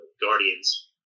Guardians